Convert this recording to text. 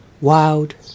wild